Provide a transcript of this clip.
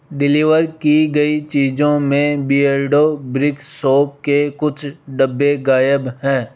deliver की गयी चीज़ों में बिअर्डो ब्रिक सोप के कुछ डब्बे गायब हैं